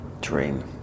dream